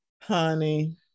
honey